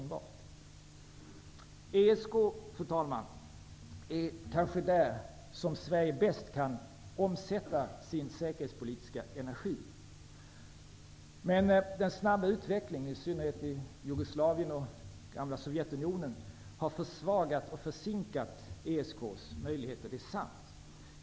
Fru talman! Det är kanske inom ESK som Sverige bäst kan omsätta sin säkerhetpolitiska energi. Den snabba utvecklingen, i synnerhet i f.d. Jugoslavien och i det gamla Sovjetunionen, har försvagat och försinkat ESK:s möjligheter, det är sant.